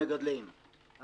היום מגדלים שמגדלים 50